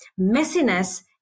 Messiness